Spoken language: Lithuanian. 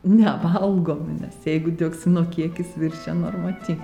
nevalgomi nes jeigu dioksinų kiekis viršija normaty